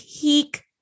peak